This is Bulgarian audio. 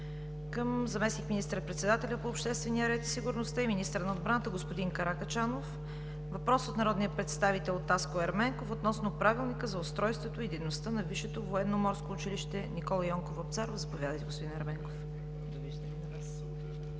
към заместник министър-председателя по обществения ред и сигурността и министър на отбраната господин Каракачанов. Въпрос от народния представител Таско Ерменков относно Правилника за устройството и дейността на Висшето военноморско училище „Никола Йонков Вапцаров“. Заповядайте, господин Ерменков.